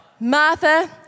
Martha